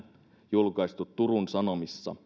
julkaistu turun sanomissa